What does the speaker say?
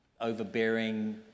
overbearing